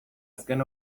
azken